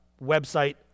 website